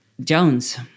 Jones